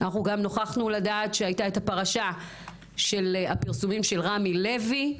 גם הייתה הפרשה של הפרסומים של רמי לוי,